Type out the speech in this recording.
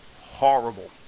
horrible